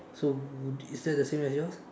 so is that the same as yours